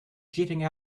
jetting